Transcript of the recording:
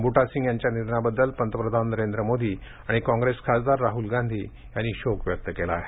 बुटा सिंग यांच्या निधनाबद्दल पंतप्रधान नरेंद्र मोदी आणि काँग्रेस खासदार राहुल गांधी यांनी शोक व्यक्त केला आहे